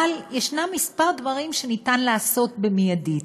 אבל יש כמה דברים שניתן לעשות מיידית.